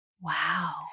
Wow